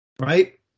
right